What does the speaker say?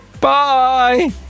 Bye